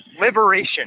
liberation